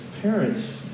parents